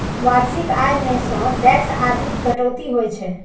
वार्षिक आय मे सं टैक्स आदिक कटौती होइ छै